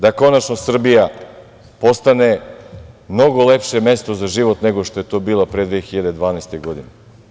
Da konačno Srbija postane mnogo lepše mesto za život nego što je to bila pre 2012. godine.